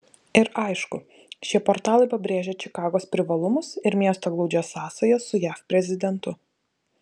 ir aišku šie portalai pabrėžia čikagos privalumus ir miesto glaudžias sąsajas su jav prezidentu